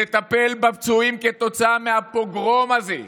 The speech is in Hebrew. לטפל בפצועים כתוצאה מהפוגרום הזה.